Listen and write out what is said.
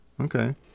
okay